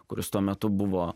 kuris tuo metu buvo